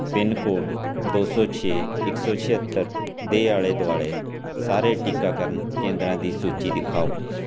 pin code ਦੋ ਸੌ ਛੇ ਇੱਕ ਸੌ ਛਿਹੱਤਰ ਦੇ ਆਲ਼ੇ ਦੁਆਲ਼ੇ ਸਾਰੇ ਟੀਕਾਕਰਨ ਕੇਂਦਰਾਂ ਦੀ ਸੂਚੀ ਦਿਖਾਓ